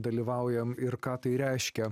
dalyvaujam ir ką tai reiškia